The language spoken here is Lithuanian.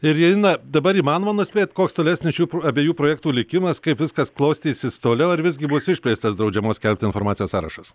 irina dabar įmanoma nuspėt koks tolesnis šių abiejų projektų likimas kaip viskas klostysis toliau ar vis gi bus išplėstas draudžiamos skelbti informacijos sąrašas